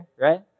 right